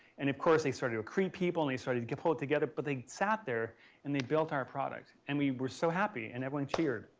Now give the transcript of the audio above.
and of course they started to recruit people and they started to pull it together. but they sat there and they built our product. and we were so happy. and everyone cheered.